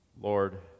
Lord